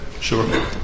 Sure